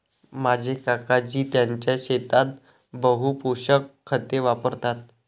माझे काकाजी त्यांच्या शेतात बहु पोषक खते वापरतात